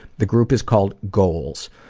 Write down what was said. the group is called goals,